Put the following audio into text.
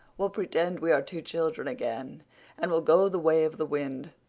we'll pretend we are two children again and we'll go the way of the wind.